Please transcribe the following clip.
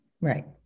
Right